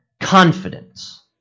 confidence